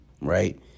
right